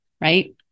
right